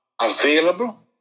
available